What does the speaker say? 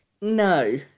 No